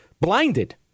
blinded